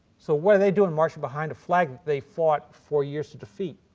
so what are they doing marching behind a flag that they fought four years to defeat?